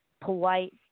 polite